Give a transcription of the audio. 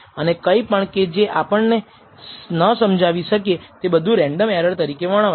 અને કંઈપણ કે જે આપણે ન સમજાવી શકીએ તે બધું રેન્ડમ એરર તરીકે વર્ણવાય છે